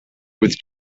with